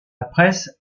presse